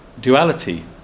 duality